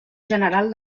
general